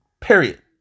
period